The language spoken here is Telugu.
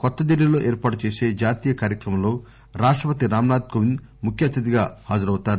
న్యూఢిల్లీలో ఏర్పాటు చేసే జాతీయ కార్యక్రమంలో రాష్టపతి రామ్ నాధ్ కోవింద్ ముఖ్య అతిథిగా హాజరవుతారు